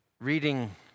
Reading